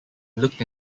looked